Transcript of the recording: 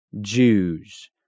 Jews